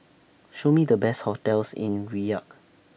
Show Me The Best hotels in Riyadh